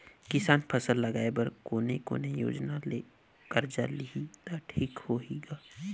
किसान फसल लगाय बर कोने कोने योजना ले कर्जा लिही त ठीक होही ग?